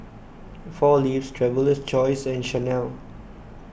four Leaves Traveler's Choice and Chanel